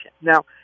Now